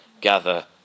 Gather